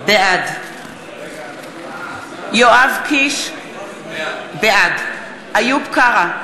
בעד יואב קיש, בעד איוב קרא,